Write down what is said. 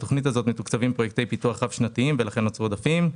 בתוכנית הזאת מתוקצבים פרויקטי פיתוח רב שנתיים ולכן נוצרו עודפים.